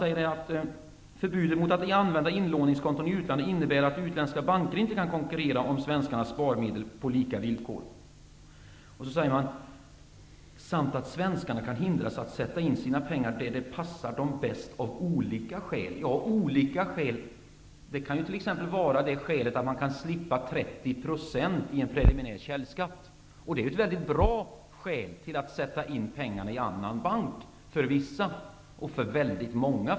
Man skriver: ''Förbudet mot att använda inlåningskonton i utlandet innebär att utländska banker inte kan konkurrera om svenskarnas sparmedel på lika villkor med svenska banker samt att svenskarna kan hindras att sätta in sina pengar där det passar dem bäst av olika skäl.'' Olika skäl kan t.ex. vara det skälet att man kan slippa 30 % i preliminär källskatt. Det är för vissa ett mycket bra skäl till att sätta in pengarna i annan bank. Det är det faktiskt för väldigt många.